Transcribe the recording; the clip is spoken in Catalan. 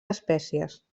espècies